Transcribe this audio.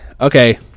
Okay